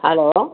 hello